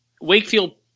Wakefield